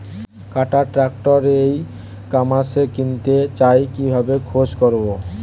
কাটার tractor ই কমার্সে কিনতে চাই কিভাবে খোঁজ করো?